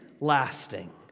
lasting